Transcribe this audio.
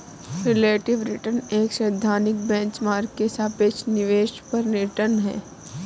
relative return एक सैद्धांतिक benchmark के सापेक्ष निवेश पर रिटर्न है